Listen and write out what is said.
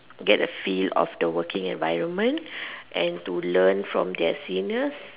get a feel of the working environment and to learn from their seniors